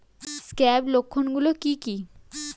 Scab লক্ষণ গুলো কি কি?